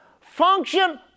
function